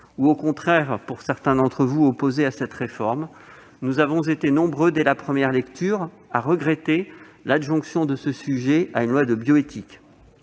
-ou au contraire, comme certains d'entre vous, mes chers collègues, opposé à cette réforme, nous avons été nombreux, dès la première lecture, à regretter l'adjonction de ce sujet à une loi de bioéthique.